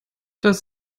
das